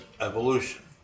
evolution